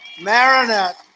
Marinette